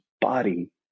body